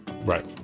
right